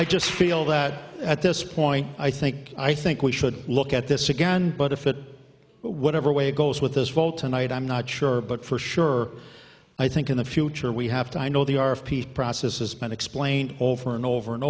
i just feel that at this point i think i think we should look at this again but if it whatever way goes with this fall tonight i'm not sure but for sure i think in the future we have to i know they are of peace process has been explained over and over and